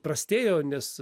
prastėjo nes